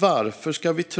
Jag ska inte